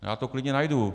Já to klidně najdu.